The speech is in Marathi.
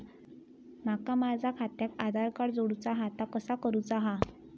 माका माझा खात्याक आधार कार्ड जोडूचा हा ता कसा करुचा हा?